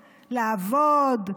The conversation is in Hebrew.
לעבוד,